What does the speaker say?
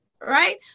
right